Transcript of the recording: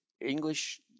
English